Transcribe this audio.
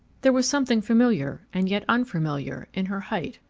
there was something familiar and yet unfamiliar in her height,